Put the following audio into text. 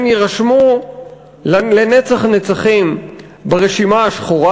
הם יירשמו לנצח נצחים ברשימה השחורה